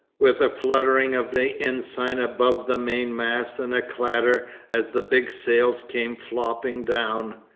with a fluttering of the ensign above the mainmast and a clatter as the big sails came flopping down,